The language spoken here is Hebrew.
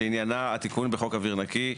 שעניינה התיקונים בחוק אוויר נקי,